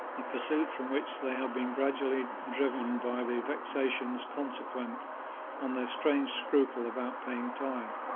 a pursuit from which they have been gradually driven by the vexations consequent on their strange scruple about paying tithe.